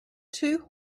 two